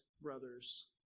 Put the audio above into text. brothers